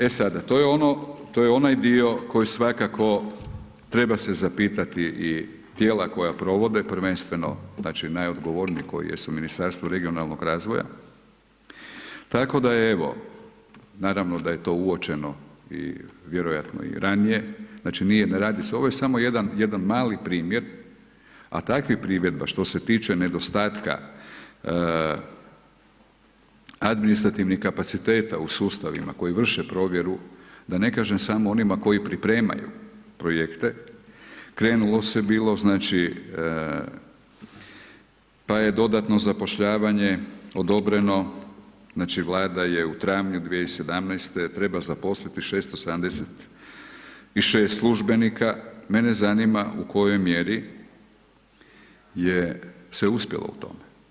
E sada, to je ono, to je onaj dio koji svakako treba se zapitati i tijela koja provode, prvenstveno znači najodgovorniji koji jesu, Ministarstvo regionalnoga razvoja, tako da evo, naravno da je to uočeno i vjerojatno i ranije, znači, nije, ne radi se, ovo je samo jedan, jedan mali primjer, a takvih primjera što se tiče nedostatka administrativnih kapaciteta u sustavima koji vrše provjeru, da ne kažem samo onima koji pripremaju projekte, krenulo se bilo, znači, pa je dodatno zapošljavanje odobreno, znači Vlada je u travnju 2017.-te, treba zaposliti 676 službenika, mene zanima u kojoj mjeri je, se uspjelo u tome.